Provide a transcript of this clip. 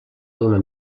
d’una